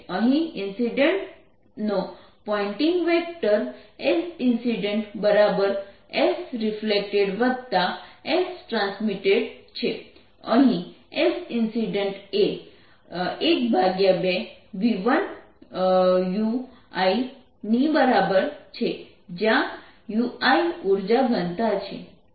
અહીં ઇન્સિડેન્ટનો pointing vector SincidentSreflectedSTછે અહીં Sincident એ 12v1uI ની બરાબર છે જયાં uI ઉર્જા ઘનતા છે